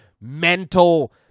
mental